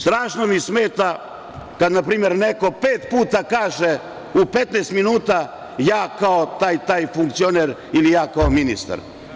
Strašno mi smeta kada npr. neko pet puta kaže u 15 minuta, ja kao taj i taj funkcioner, ili ja kao ministar.